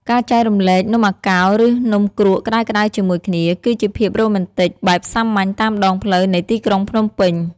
ការចែករំលែកនំអាកោ ឬនំគ្រក់ក្ដៅៗជាមួយគ្នា គឺជាភាពរ៉ូមែនទិកបែបសាមញ្ញតាមដងផ្លូវនៃទីក្រុងភ្នំពេញ។